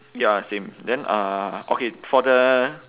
ya same then uh okay for the